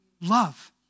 Love